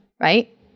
right